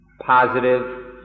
positive